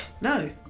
No